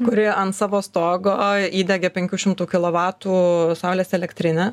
kurioje ant savo stogo įdiegė penkių šimtų kilovatų saulės elektrinę